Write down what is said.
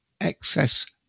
excess